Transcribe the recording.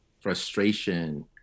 frustration